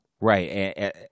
Right